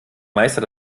meister